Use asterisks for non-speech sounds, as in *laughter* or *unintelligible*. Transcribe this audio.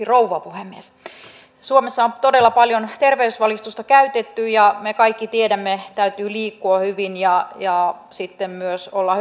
*unintelligible* rouva puhemies suomessa on todella paljon terveysvalistusta käytetty ja me kaikki tiedämme että täytyy liikkua hyvin ja ja sitten myös olla *unintelligible*